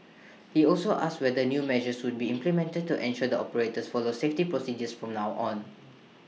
he also asked whether new measures would be implemented to ensure the operators follow safety procedures from now on